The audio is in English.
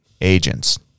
Agents